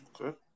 Okay